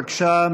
בבקשה,